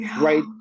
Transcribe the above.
Right